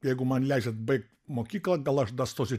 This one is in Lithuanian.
jeigu man leisit baigt mokyklą gal aš da stosiu